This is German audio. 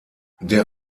der